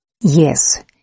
Yes